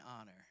honor